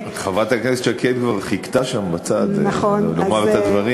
חברת הכנסת שקד כבר חיכתה שם בצד לומר את הדברים,